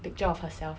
picture of herself